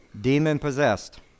demon-possessed